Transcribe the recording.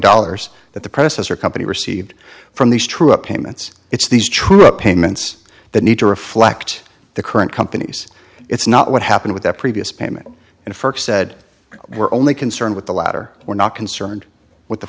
dollars that the processor company received from these true up payments it's these true of payments that need to reflect the current companies it's not what happened with the previous payment and said we're only concerned with the latter we're not concerned with the